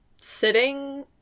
sitting